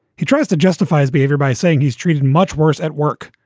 he tries to justify his behavior by saying he's treated much worse at work.